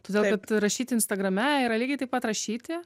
todėl kad rašyti instagrame yra lygiai taip pat rašyti